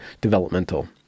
developmental